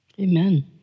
Amen